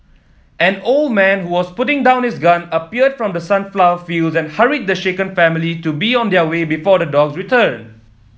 an old man who was putting down his gun appeared from the sunflower fields and hurried the shaken family to be on their way before the dogs return